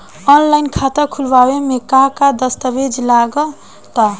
Online खाता खूलावे म का का दस्तावेज लगा ता?